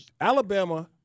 Alabama